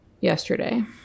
yesterday